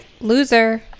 Loser